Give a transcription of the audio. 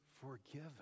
forgiven